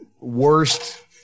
worst